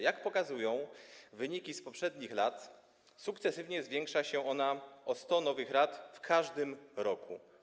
Jak pokazują wyniki z poprzednich lat, sukcesywnie zwiększa się ona o 100 nowych rad w każdym roku.